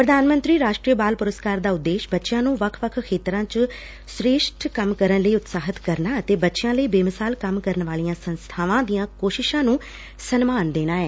ਪ੍ਧਾਨ ਮੰਤਰੀ ਰਾਸ਼ਟਰੀ ਬਾਲ ਪੁਰਸਕਾਰ ਦਾ ਉਦੇਸ਼ ਬੱਚਿਆਂ ਨੂੰ ਵੱਖ ਵੱਖ ਖੇਤਰਾਂ ਚ ਸ੍੍ੇਸ਼ਠ ਕੰਮ ਕਰਨ ਲਈ ਉਤਸ਼ਾਹਿਤ ਕਰਨਾ ਅਤੇ ਬੱਚਿਆਂ ਲਈ ਬੇਮਿਸਾਲ ਕੰਮ ਕਰਨ ਵਾਲੀਆਂ ਸੰਸਬਾਵਾਂ ਦੀਆਂ ਕੋਸ਼ਿਸ਼ਾ ਨੂੰ ਸਨਮਾਨ ਦੇਣਾ ਐ